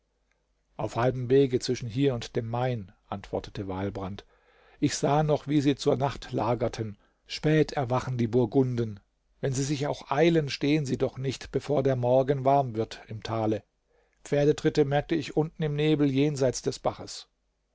auf halbem wege zwischen hier und dem main antwortete walbrand ich sah noch wie sie zur nacht lagerten spät erwachen die burgunden wenn sie sich auch eilen stehen sie doch nicht bevor der morgen warm wird im tale pferdetritte merkte ich unten im nebel jenseit des baches